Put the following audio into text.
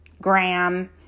Graham